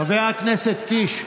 חבר הכנסת קיש,